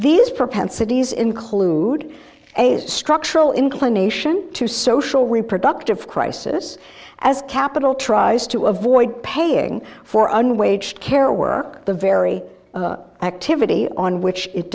these propensities include a structural inclination to social reproductive crisis as capital tries to avoid paying for unwaged care work the very activity on which it